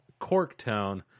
Corktown